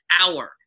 hour